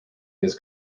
his